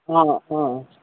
অ অ